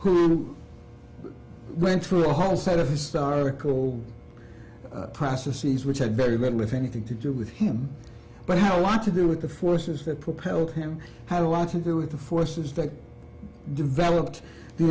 who went through a whole set of historical processes which had very little if anything to do with him but how i want to do with the forces that propelled him had a lot to do with the forces that developed the